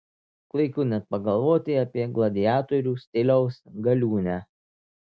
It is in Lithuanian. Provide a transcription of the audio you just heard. klaiku net pagalvoti apie gladiatorių stiliaus galiūnę